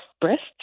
breasts